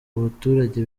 abaturage